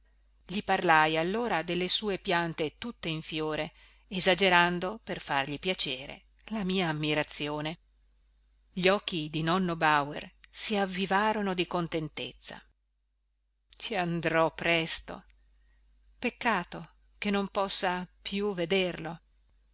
gli parlai allora delle sue piante tutte in fiore esagerando per fargli piacere la mia ammirazione gli occhi di nonno bauer si avvivarono di contentezza ci andrò presto peccato che non possa più vederlo